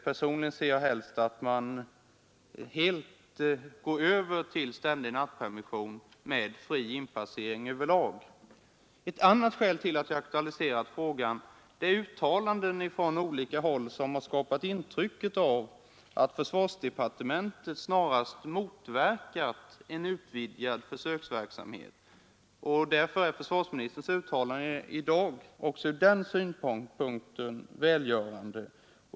Personligen ser jag helst att man går över till ständig nattpermission med fri inpassering över lag. Ett annat skäl till att jag aktualiserat frågan är uttalanden från olika håll, som har skapat intrycket att försvarsdepartementet snarast motverkat en utvidgad försöksverksamhet. Därför är försvarsministerns uttalan! de i dag också från den synpunkten välgörande.